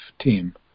team